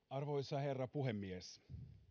arvoisa herra puhemies